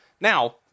Now